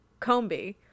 Combi